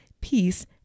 peace